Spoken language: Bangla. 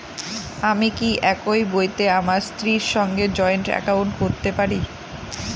আমি কি একই বইতে আমার স্ত্রীর সঙ্গে জয়েন্ট একাউন্ট করতে পারি?